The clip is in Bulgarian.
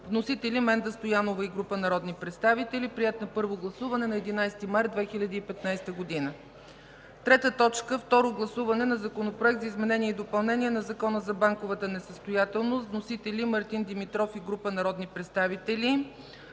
Вносители – Менда Стоянова и група народни представители. Приет на първо гласуване на 11 март 2015 г. 3. Второ гласуване на Законопроект за изменение и допълнение на Закона за банковата несъстоятелност. Вносители – Мартин Димитров и група народни представители.